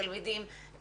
התלמידים,